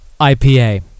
IPA